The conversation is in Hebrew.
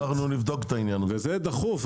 זה דחוף.